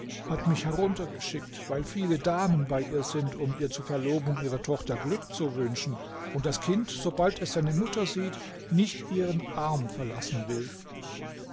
hat mich heruntergeschickt weil viele damen bei ihr sind um ihr zur verlobung ihrer tochter glück zu wünschen und das kind sobald es seine mutter sieht nicht ihren arm verlassen will